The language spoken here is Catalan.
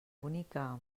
bonica